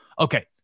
Okay